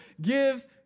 gives